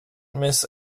miss